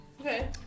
Okay